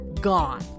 Gone